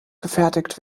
gefertigt